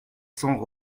cents